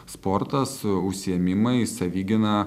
sportas užsiėmimai savigyna